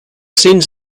scenes